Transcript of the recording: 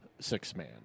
six-man